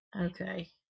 Okay